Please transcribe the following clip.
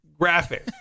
graphic